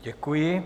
Děkuji.